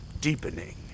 deepening